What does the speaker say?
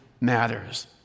Matters